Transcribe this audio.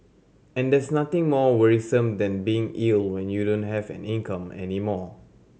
and there's nothing more worrisome than being ill when you don't have an income any more